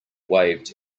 waved